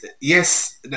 Yes